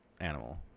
animal